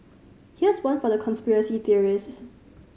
here's one for the conspiracy theorists